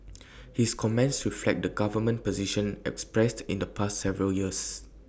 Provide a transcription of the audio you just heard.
his comments reflect the government position expressed in the past several years